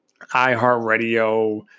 iHeartRadio